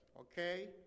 okay